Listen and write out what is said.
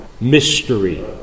mystery